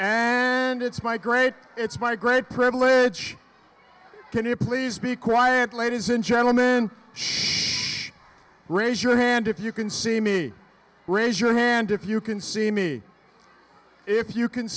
and it's my grade it's my great privilege can you please be quiet ladies and gentlemen should raise your hand if you can see me raise your hand if you can see me if you can